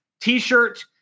T-shirt